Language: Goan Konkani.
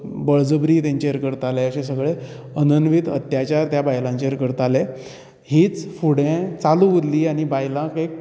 बळजबरी तेंचेर करताले अशें सगळें अननवेत अत्याच्यार त्या बायलांचेर करताले हीच फुडे चालू उरली आनी बायलांक एक